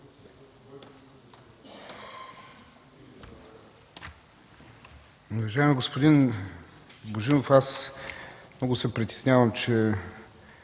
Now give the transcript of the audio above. добре.